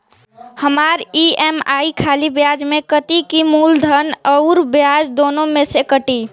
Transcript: हमार ई.एम.आई खाली ब्याज में कती की मूलधन अउर ब्याज दोनों में से कटी?